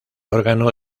órgano